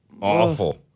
Awful